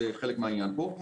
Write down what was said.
זה חלק מן העניין פה...